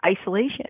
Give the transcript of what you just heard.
isolation